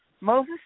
Moses